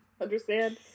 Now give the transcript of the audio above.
understand